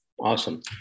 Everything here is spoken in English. Awesome